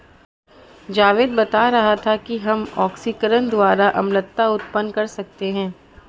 जावेद बता रहा था कि हम ऑक्सीकरण द्वारा अम्लता उत्पन्न कर सकते हैं